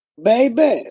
Baby